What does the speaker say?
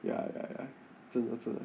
ya ya 真的真的